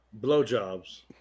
Blowjobs